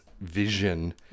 vision